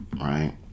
right